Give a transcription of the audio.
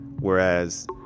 Whereas